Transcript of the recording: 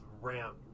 ramp